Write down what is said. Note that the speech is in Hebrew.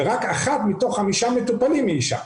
ורק אחת מתוך חמישה מטופלים היא אישה.